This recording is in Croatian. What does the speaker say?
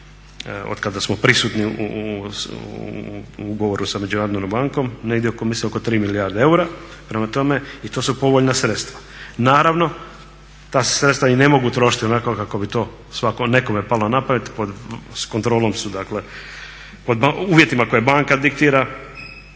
otkada smo prisutni u Ugovoru sa Međunarodnom bankom, negdje mislim oko 3 milijarde eura i to su povoljna sredstva. Naravno, ta se sredstva i ne mogu trošiti onako kako bi to nekome palo na pamet, s kontrolom su dakle u uvjetima koje banka diktira.